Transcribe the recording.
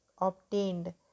obtained